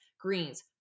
greens